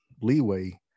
leeway